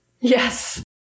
Yes